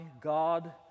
God